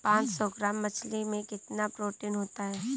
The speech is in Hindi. पांच सौ ग्राम मछली में कितना प्रोटीन होता है?